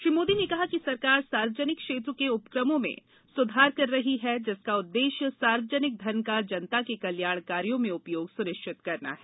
श्री मोदी ने कहा कि सरकार सार्वजनिक क्षेत्र के उपक्रमों में सुधार कर रही है जिसका उद्देश्य सार्वजनिक धन का जनता के कल्याण कार्यों में उपयोग सुनिश्चित करना है